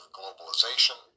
globalization